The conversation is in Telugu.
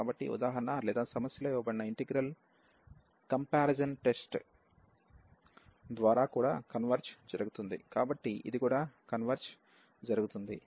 కాబట్టి ఉదాహరణ లేదా సమస్యలో ఇవ్వబడిన ఇంటిగ్రల్ కంపారిజన్ టెస్ట్ ద్వారా కూడా కన్వెర్జ్ జరుగుతుంది కాబట్టి ఇది కూడా కన్వెర్జ్ జరుగుతుంది